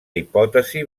hipòtesi